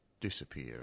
disappear